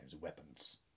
weapons